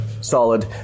solid